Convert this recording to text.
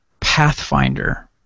Pathfinder